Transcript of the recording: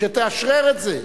שתאשרר את זה,